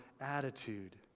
attitude